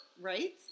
Right